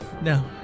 No